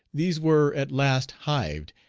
these were at last hived,